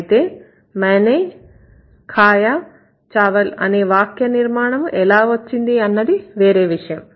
అయితే मैंने खाया चावल మైనే ఖాయాచావల్ అనే వాక్యనిర్మాణము ఎలా వచ్చిందన్నది వేరే విషయం